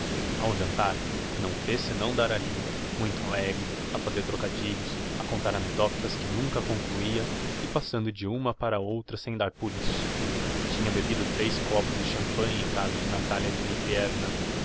ao jantar não fez senão dar á lingua muito alegre a fazer trocadilhos a contar anecdótas que nunca concluia e passando de uma para outra sem dar por isso tinha bebido tres copos de champanhe em casa de natalia